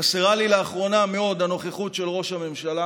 חסרה לי לאחרונה מאוד הנוכחות של ראש הממשלה